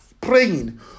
praying